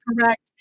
correct